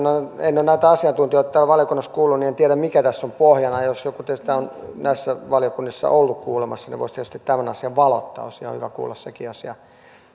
en ole näitä asiantuntijoita täällä valiokunnassa kuullut niin en tiedä mikä tässä on pohjana jos joku teistä on näissä valiokunnissa ollut kuulemassa niin voisi tietysti tämän asian valottaa olisi ihan hyvä kuulla sekin asia